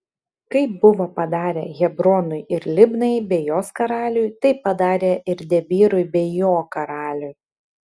kaip buvo padarę hebronui ir libnai bei jos karaliui taip padarė ir debyrui bei jo karaliui